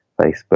facebook